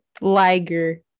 Liger